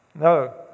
No